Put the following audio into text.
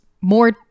more